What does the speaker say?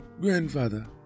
Grandfather